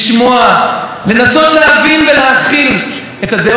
שהיא דבר שכל כך מאחד אותנו,